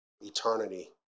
eternity